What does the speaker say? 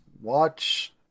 watch